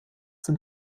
sind